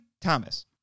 Thomas